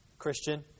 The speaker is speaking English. christian